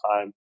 time